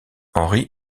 henri